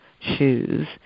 shoes